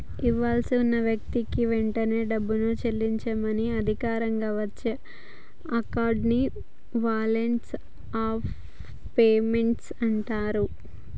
ఇవ్వాల్సి ఉన్న వ్యక్తికి వెంటనే డబ్బుని చెల్లించమని అధికారికంగా వచ్చే ఆర్డర్ ని వారెంట్ ఆఫ్ పేమెంట్ అంటరు